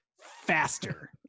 faster